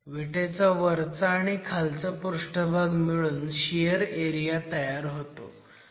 विटेचा वरचा आणि खालचा पृष्ठभाग मिळून शियर एरिया तयार होतो